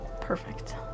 Perfect